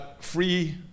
free